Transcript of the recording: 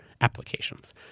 applications